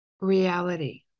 reality